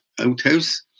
outhouse